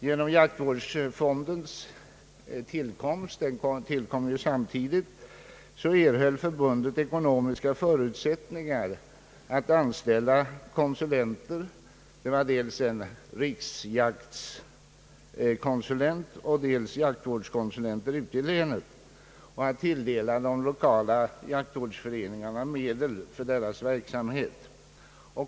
Genom jaktvårdsfondens tillkomst — den bildades samtidigt — erhöll förbundet ekonomiska förutsättningar att anställa dels en riksjaktkonsulent och dels jaktkonsulenter ute i länen samt att tilldela de lokala jaktvårdsföreningarna medel för deras verksamhet.